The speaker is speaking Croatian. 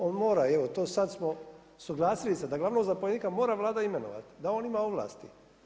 On mora, i evo sad smo suglasili se da glavnog zapovjednika mora Vlada imenovati, da on ima ovlasti.